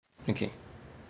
okay